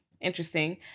interesting